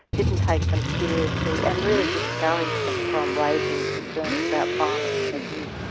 didn't take them seriously, and really discouraged them from raising concerns about violence and abuse.